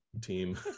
team